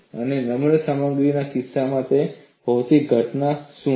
અને નમ્ર સામગ્રીના કિસ્સામાં તે ભૌતિક ઘટના શું છે